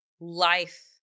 life